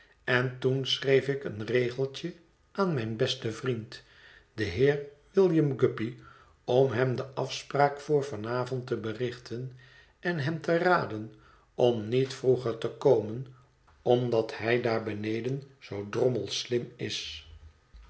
en toen schreef ik een regeltje aan mijn besten vriend den heer william guppy om hem de afspraak voor van avond te berichten en hem te raden om niet vroeger te komen omdat hij daar beneden zoo drommels slim is